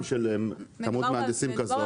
הסכום